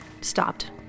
stopped